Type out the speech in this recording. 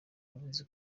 yavuze